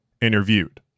Interviewed